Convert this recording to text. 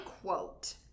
quote